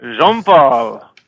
Jean-Paul